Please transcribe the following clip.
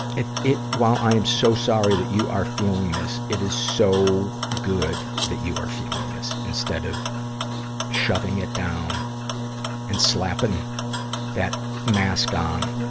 it, it, while i am so sorry that you are feeling this, it is so good that you are feeling this instead of shoving it down and slapping that mask on,